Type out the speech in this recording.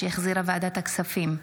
שהחזירה ועדת הכספים,